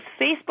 Facebook